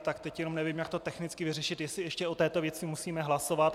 Tak teď jenom nevím, jak to technicky vyřešit, jestli ještě o této věci musíme hlasovat.